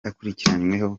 akurikiranyweho